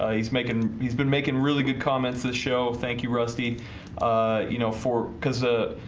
ah he's making he's been making really good comments this show thank you rusty you know for because ah?